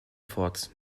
thoughts